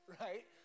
right